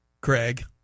Craig